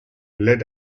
lead